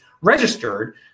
registered